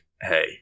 Hey